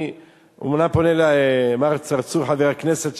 אני אומנם פונה לחבר הכנסת צרצור,